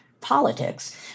politics